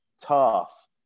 tough